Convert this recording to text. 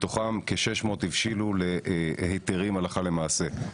מתוכן כ-600 הבשילו להיתרים הלכה למעשה.